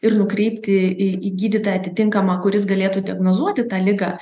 ir nukreipti į į gydytoją atitinkamą kuris galėtų diagnozuoti tą ligą